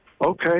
Okay